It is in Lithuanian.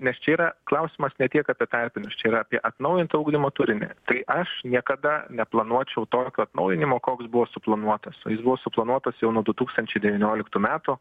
nes čia yra klausimas ne tiek apie tarpinius čia yra apie atnaujintą ugdymo turinį tai aš niekada neplanuočiau tokio atnaujinimo koks buvo suplanuotas o jis buvo suplanuotas jau nuo du tūkstančiai devynioliktų metų